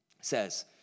says